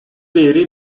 değeri